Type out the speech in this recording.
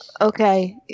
okay